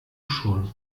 schon